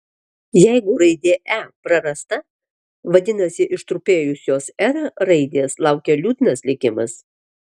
jeigu raidė e prarasta vadinasi ištrupėjusios r raidės laukia liūdnas likimas